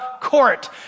court